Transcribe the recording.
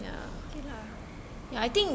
okay lah